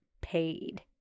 paid